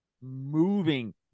moving